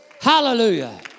Hallelujah